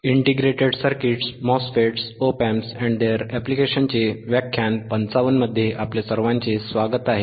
या मॉड्यूलमध्ये आपले स्वागत आहे